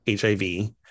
HIV